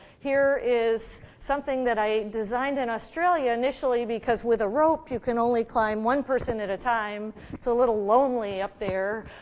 here is something that i designed in australia, initially, because with a rope, you can only climb one person at a time it's a little lonely up there.